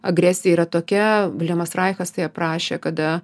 agresija yra tokia viljamas raihas tai aprašė kada